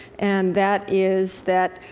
and that is that,